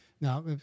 now